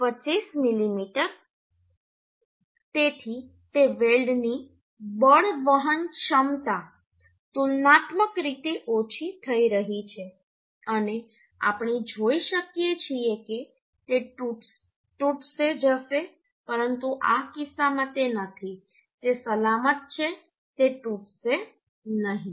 25 મીમી તેથી તે વેલ્ડની બળ વહન ક્ષમતા તુલનાત્મક રીતે ઓછી થઈ રહી છે અને આપણે જોઈ શકીએ છીએ કે તે તૂટશે જશે પરંતુ આ કિસ્સામાં તે નથી તે સલામત છે તે તૂટશે નહીં